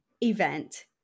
event